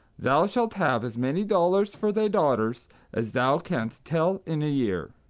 thou shalt have as many dolours for thy daughters as thou canst tell in a year.